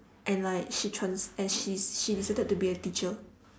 and like she trans~ and she's she decided to be a teacher